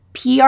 PR